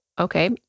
Okay